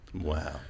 wow